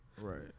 Right